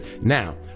now